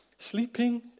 Sleeping